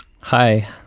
Hi